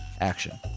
action